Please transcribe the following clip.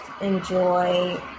enjoy